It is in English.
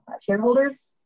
shareholders